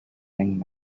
young